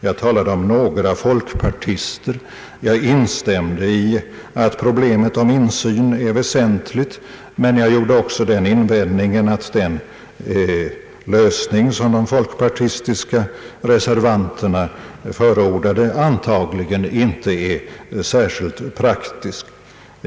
Jag talade om »några folkpartister». Jag instämde i uttalandet om att problemet rörande insyn var väsentligt, men jag gjorde också den invändningen att den lösning som de folkpartistiska reservanterna förordar antagligen inte är särskilt praktisk.